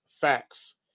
facts